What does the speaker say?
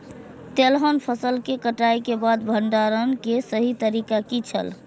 तेलहन फसल के कटाई के बाद भंडारण के सही तरीका की छल?